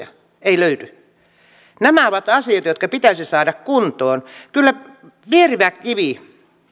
ei löydy nämä ovat asioita jotka pitäisi saada kuntoon kyllä vierivä kivi